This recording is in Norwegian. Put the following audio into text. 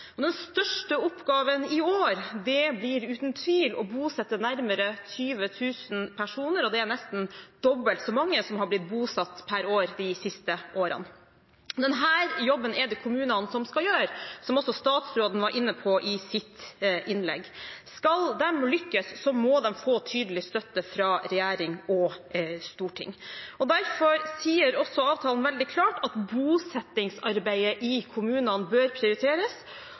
Den største oppgaven i år blir uten tvil å bosette nærmere 20 000 personer, og det er nesten dobbelt så mange som har blitt bosatt per år de siste årene. Denne jobben er det kommunene som skal gjøre, som også statsråden var inne på i sitt innlegg. Skal de lykkes, må de få tydelig støtte fra regjering og storting. Derfor sier avtalen veldig klart at bosettingsarbeidet i kommunene bør prioriteres,